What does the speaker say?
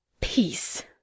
peace